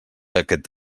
aquest